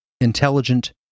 intelligent